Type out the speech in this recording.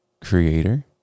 creator